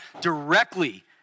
directly